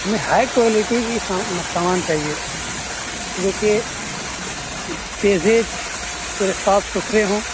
ہمیں high quality کی سامان چاہیے جوکہ پیجز پورے ساتھ ستھرے ہوں